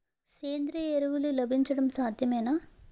సేంద్రీయ ఎరువులు లభించడం సాధ్యమేనా?